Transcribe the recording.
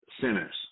sinners